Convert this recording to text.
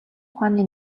ухааны